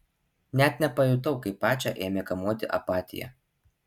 net nepajutau kaip pačią ėmė kamuoti apatija